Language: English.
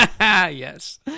Yes